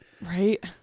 Right